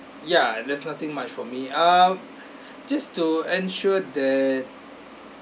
ya there's nothing much for me uh just to ensure that